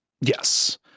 Yes